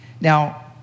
Now